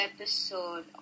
episode